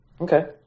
Okay